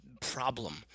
problem